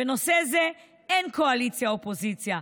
בנושא זה אין קואליציה אופוזיציה,